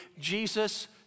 Jesus